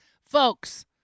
Folks